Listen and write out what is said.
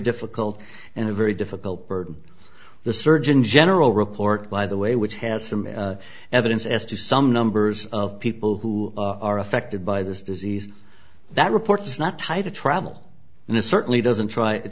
difficult and a very difficult burden the surgeon general report by the way which has some evidence as to some numbers of people who are affected by this disease that report is not tied to travel and it certainly does try to